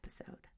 episode